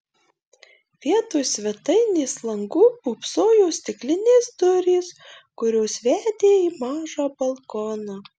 vietoj svetainės langų pūpsojo stiklinės durys kurios vedė į mažą balkoną